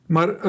Maar